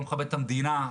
לא מכבד את המדינה,